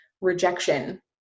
rejection